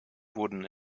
wurden